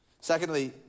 Secondly